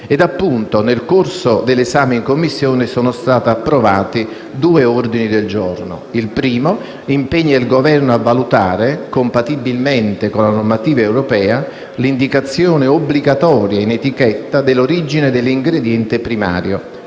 Nel corso dell'esame in Commissione sono stati approvati due ordini del giorno. Il primo impegna il Governo a valutare, compatibilmente con la normativa europea, l'indicazione obbligatoria in etichetta dell'origine dell'ingrediente primario,